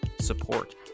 Support